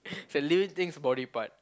values thing about the part